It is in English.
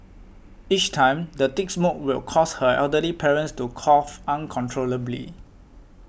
each time the thick smoke would cause her elderly parents to cough uncontrollably